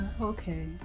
okay